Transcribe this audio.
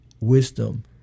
wisdom